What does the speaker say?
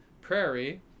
prairie